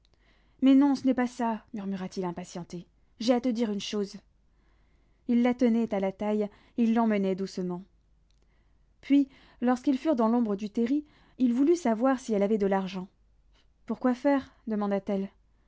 mais non ce n'est pas ça murmura-t-il impatienté j'ai à te dire une chose il la tenait à la taille il l'emmenait doucement puis lorsqu'ils furent dans l'ombre du terri il voulut savoir si elle avait de l'argent pour quoi faire demanda-t-elle